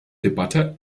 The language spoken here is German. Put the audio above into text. debatte